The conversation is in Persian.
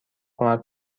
کمک